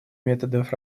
методов